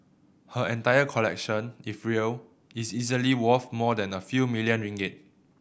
her entire collection if real is easily worth more than a few million ringgit